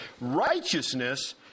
Righteousness